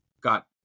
Got